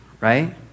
right